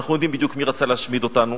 אנחנו יודעים בדיוק מי רצה להשמיד אותנו